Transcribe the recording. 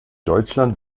deutschland